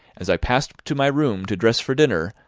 as i passed to my room to dress for dinner,